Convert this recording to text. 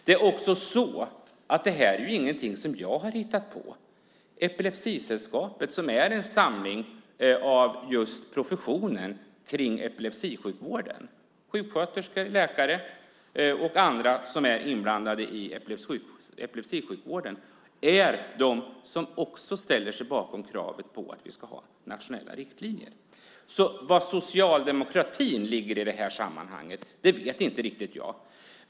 Det är också så att detta inte är något som jag har hittat på. Epilepsisällskapet, som är en samling av professionen inom epilepsisjukvården - sjuksköterskor, läkare och andra som är inblandade i epilepsisjukvården - ställer sig också bakom kravet på att vi ska ha nationella riktlinjer. Var socialdemokratin står i detta sammanhang vet jag inte riktigt.